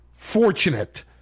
Fortunate